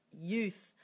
youth